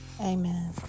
Amen